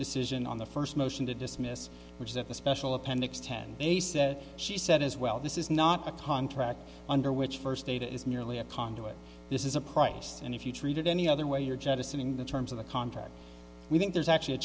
decision on the first motion to dismiss was that a special appendix ten a set she said as well this is not a contract under which first data is merely a conduit this is a price and if you treat it any other way you're jettisoning the terms of the contract we think there's actually a